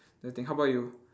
the thing how about you